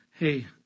hey